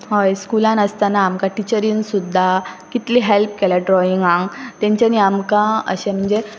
हय स्कुलान आसतना आमकां टिचरीन सुद्दां कितली हॅल्प केल्या ड्रॉइंगांक तेंच्यांनी आमकां अशें म्हणजे